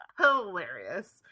Hilarious